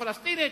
מדינה פלסטינית,